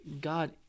God